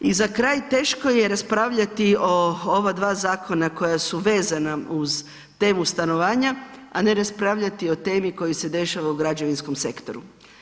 I za kraj teško je raspravljati o ova dva zakona koja su vezana uz temu stanovanja, a ne raspravljati o temi koja se dešava u građevinskom sektoru.